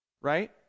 Right